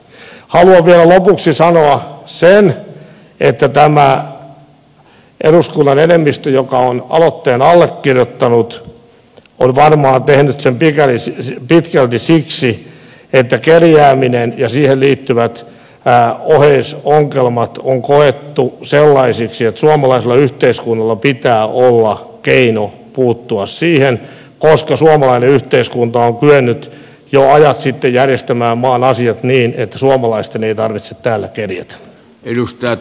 haluan vielä lopuksi sanoa sen että tämä eduskunnan enemmistö joka on aloitteen allekirjoittanut on varmaan tehnyt sen pitkälti siksi että kerjääminen ja siihen liittyvät oheisongelmat on koettu sellaisiksi että suomalaisella yhteiskunnalla pitää olla keino puuttua siihen koska suomalainen yhteiskunta on kyennyt jo ajat sitten järjestämään maan asiat niin että suomalaisten ei tarvitse täällä kerjätä